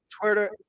Twitter